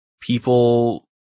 people